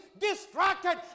distracted